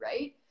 Right